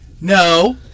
No